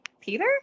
Peter